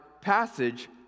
passage